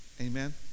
amen